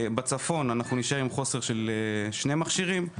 בצפון אנחנו נישאר עם חוסר של שני מכשירים,